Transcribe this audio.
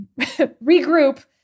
regroup